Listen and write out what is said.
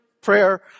prayer